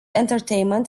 entertainment